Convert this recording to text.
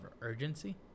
urgency